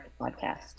podcast